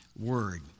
word